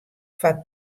foar